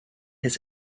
his